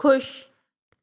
ਖੁਸ਼